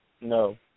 No